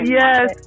yes